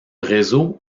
réseau